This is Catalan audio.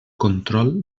control